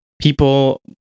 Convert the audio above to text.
people